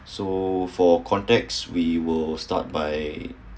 so for context we will start by